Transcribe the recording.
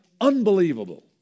Unbelievable